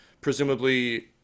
presumably